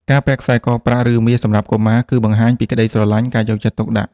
ការពាក់ខ្សែកប្រាក់ ឬមាសសម្រាប់កុមារ គឺបង្ហាញពីក្ដីស្រឡាញ់ ការយកចិត្តទុកដាក់។